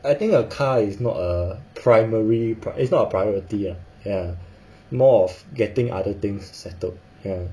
I think a car is not a primary pri~ it's not a priority ah ya more of getting other things settled ya